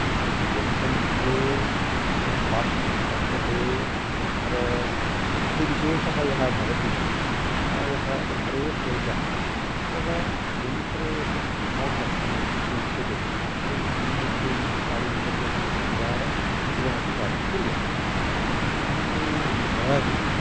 तद्यन्त्रमध्ये यत् पात्रं स्थाप्यते तत्र असिविशेषः यः भवति प्रायः तत्रैव क्लेशः अथवा यन्त्रे यत् मोटर् इति उच्यते तत् सम्यक् यदि कार्यं करोति तद्वारा इदमपि कार्यं कुर्यात् किन्तु कदाचित्